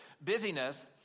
Busyness